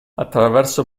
attraverso